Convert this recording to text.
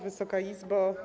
Wysoka Izbo!